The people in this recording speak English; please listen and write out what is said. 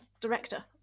director